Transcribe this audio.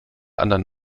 anderen